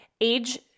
age